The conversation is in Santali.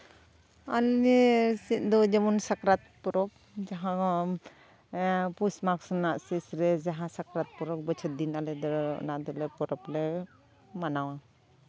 ᱟᱞᱮ ᱥᱮᱫ ᱫᱚ ᱡᱮᱢᱚᱱ ᱥᱟᱠᱨᱟᱛ ᱯᱚᱨᱚᱵᱽ ᱡᱟᱦᱟᱸ ᱯᱳᱥ ᱢᱟᱜᱽ ᱨᱮᱱᱟᱜ ᱥᱮᱥᱨᱮ ᱡᱟᱦᱟᱸ ᱥᱟᱠᱨᱟᱛ ᱯᱚᱨᱚᱵᱽ ᱵᱚᱪᱷᱚᱨ ᱫᱤᱱ ᱟᱞᱮ ᱫᱚ ᱚᱱᱟ ᱫᱚᱞᱮ ᱯᱚᱨᱚᱵᱽ ᱞᱮ ᱢᱟᱱᱟᱣᱟ